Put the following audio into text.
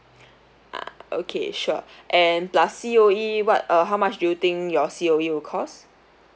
ah okay sure and plus C_O_E what uh how much do you think your C_O_E would cost